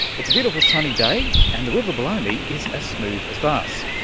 it's a beautiful sunny day and the river below me is as smooth as glass,